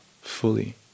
fully